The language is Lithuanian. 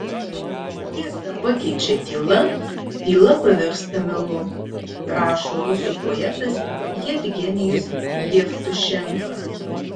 kai tiesą pakeičia tyla tyla pavirsta melu rašo rusų poetas jevgenijus jevtušenka